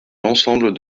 l’ensemble